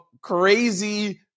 crazy